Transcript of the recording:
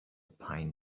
pine